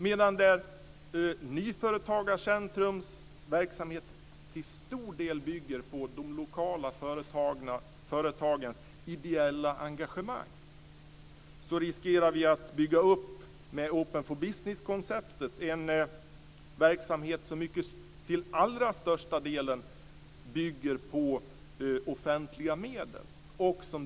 Medan Nyföretagarcentrums verksamhet till stor del bygger på de lokala företagens ideella engagemang, riskerar vi med Open for Business-konceptet att bygga upp en verksamhet som till allra största delen baseras på offentliga medel.